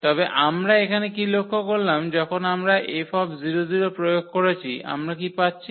তবে আমরা এখানে কি লক্ষ্য করলাম যখন আমরা F00 প্রয়োগ করেছি আমরা কি পাচ্ছি